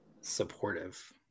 supportive